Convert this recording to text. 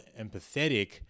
empathetic